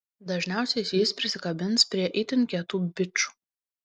dažniausiai jis prisikabins prie itin kietų bičų